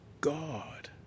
God